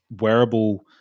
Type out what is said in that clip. wearable